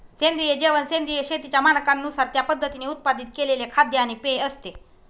सेंद्रिय जेवण सेंद्रिय शेतीच्या मानकांनुसार त्या पद्धतीने उत्पादित केलेले खाद्य आणि पेय असते